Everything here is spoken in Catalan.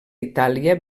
itàlia